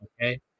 okay